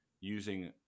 using